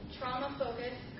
trauma-focused